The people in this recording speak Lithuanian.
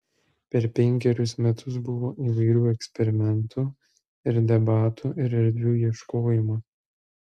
per penkerius metus buvo įvairių eksperimentų ir debatų ir erdvių ieškojimo